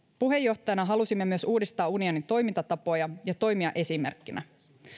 puheenjohtajana halusimme myös uudistaa unionin toimintatapoja ja toimia esimerkkinä